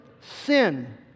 sin